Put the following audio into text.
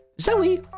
Zoe